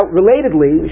relatedly